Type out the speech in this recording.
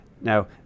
Now